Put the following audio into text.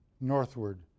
northward